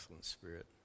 spirit